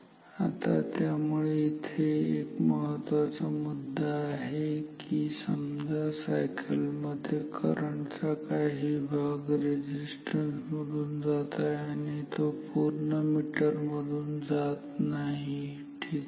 आणि त्यामुळे इथे एक महत्त्वाचा मुद्दा आहे की समजा एका सायकल मध्ये करंट चा काही भाग रेझिस्टन्स मधून जात आहे आणि तो पूर्णपणे मीटर मधून जात नाही ठीक आहे